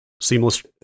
seamless